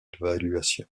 évaluation